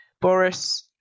Boris